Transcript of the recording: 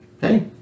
Hey